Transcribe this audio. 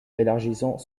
élargissant